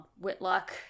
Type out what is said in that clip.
Whitlock